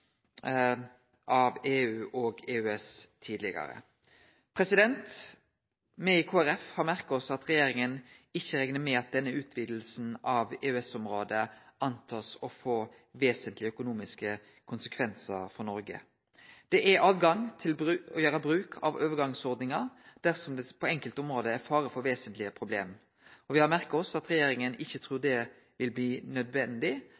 av EU og EØS tidlegare. Me i Kristeleg Folkeparti har merka oss at regjeringa ikkje reknar med at denne utvidinga av EØS-området blir antatt å få vesentlege økonomiske konsekvensar for Noreg. Det er tilgjenge til å gjere bruk av overgangsordningar dersom det på enkelte område er fare for vesentlege problem. Vi har merka oss at regjeringa trur at det ikkje vil bli nødvendig,